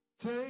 Take